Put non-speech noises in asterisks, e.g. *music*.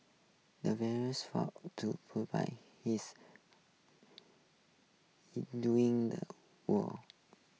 the veterans fought to *unintelligible* his during the war *noise*